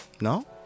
No